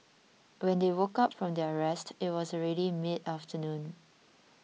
when they woke up from their rest it was already mid afternoon